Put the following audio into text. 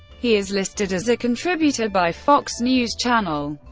he is listed as a contributor by fox news channel,